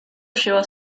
lleva